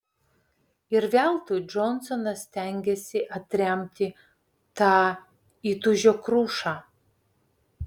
ir veltui džonsonas stengėsi atremti tą įtūžio krušą